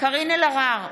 קארין אלהרר,